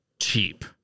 cheap